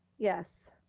yes.